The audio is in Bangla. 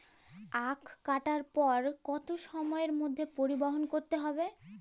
আখ কাটার পর কত সময়ের মধ্যে পরিবহন করতে হবে?